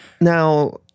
Now